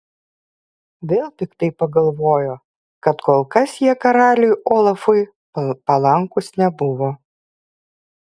vėl piktai pagalvojo kad kol kas jie karaliui olafui palankūs nebuvo